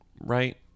Right